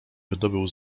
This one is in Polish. wydobył